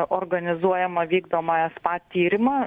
organizuojamą vykdomą espa tyrimą